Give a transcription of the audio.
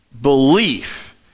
belief